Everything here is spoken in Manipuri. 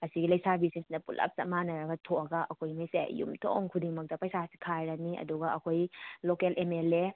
ꯑꯁꯤꯒꯤ ꯂꯩꯁꯥꯕꯤꯁꯤꯡꯁꯤꯅ ꯄꯨꯂꯞ ꯆꯞ ꯃꯥꯟꯅꯔꯒ ꯊꯣꯛꯑꯒ ꯑꯩꯈꯣꯏ ꯉꯩꯁꯦ ꯌꯨꯝꯊꯣꯡ ꯈꯨꯗꯤꯡꯃꯛꯇ ꯄꯩꯁꯥꯁꯤ ꯈꯥꯏꯔꯅꯤ ꯑꯗꯨꯒ ꯑꯩꯈꯣꯏ ꯂꯣꯀꯦꯜ ꯑꯝ ꯑꯦꯜ ꯑꯦ